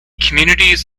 communities